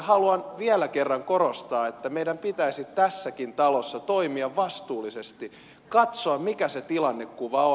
haluan vielä kerran korostaa että meidän pitäisi tässäkin talossa toimia vastuullisesti katsoa mikä se tilannekuva on